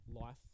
life